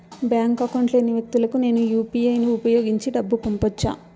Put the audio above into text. Bank account లేని వ్యక్తులకు నేను యు పి ఐ యు.పి.ఐ ను ఉపయోగించి డబ్బు పంపొచ్చా?